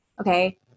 okay